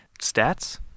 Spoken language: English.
stats